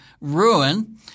Ruin